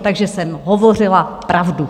Takže jsem hovořila pravdu.